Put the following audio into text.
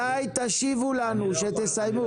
מתי תשיבו לנו שתסיימו?